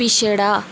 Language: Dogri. पिछड़ा